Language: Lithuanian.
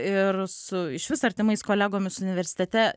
ir su išvis artimais kolegomis universitete